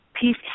peace